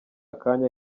akanya